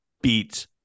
beats